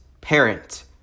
parent